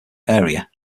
area